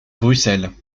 bruxelles